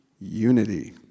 unity